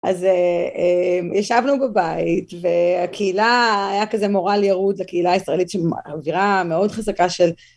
אז אה... אה... ישבנו בבית והקהילה היה כזה מורל ירוד לקהילה הישראלית ש... המ... אווירה מאוד חזקה של...